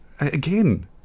again